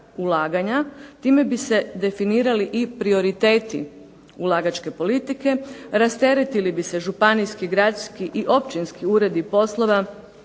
Time bi se definirali i prioriteti ulagačke politike, rasteretili bi se županijski, gradski i općinski uredi poslova